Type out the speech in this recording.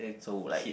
so like